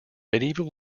medieval